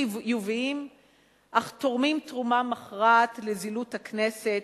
חיוביים אך תורמים תרומה מכרעת לזילות הכנסת,